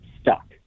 stuck